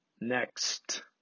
Next